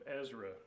Ezra